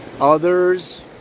Others